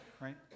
right